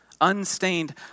unstained